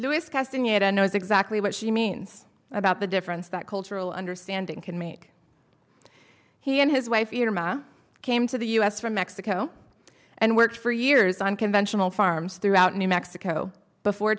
lewis casting it and knows exactly what she means about the difference that cultural understanding can mean he and his wife came to the u s from mexico and worked for years on conventional farms throughout new mexico before